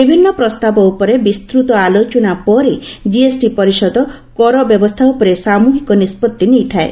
ବିଭିନ୍ନ ପ୍ରସ୍ତାବ ଉପରେ ବିସ୍କୃତ ଆଲୋଚନା ପରେ ଜିଏସଟି ପରିଷଦ କର ବ୍ୟବସ୍ଥା ଉପରେ ସାମ୍ବହିକ ନିଷ୍କଭି ନେଇଥାଏ